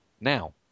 now